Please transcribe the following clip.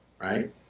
right